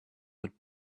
would